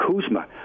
Kuzma